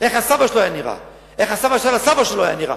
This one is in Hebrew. איך הסבא שלו היה נראה,